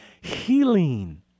healing